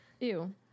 Ew